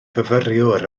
fyfyriwr